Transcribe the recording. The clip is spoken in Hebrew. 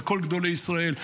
וכל גדולי ישראל,